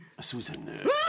Susan